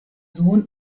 sohn